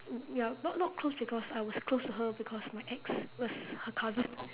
ya not not close because I was close to her because my ex was her cousin